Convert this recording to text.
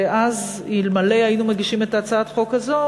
ואז אלמלא היינו מגישים את הצעת החוק הזאת,